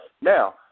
now